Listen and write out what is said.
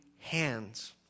hands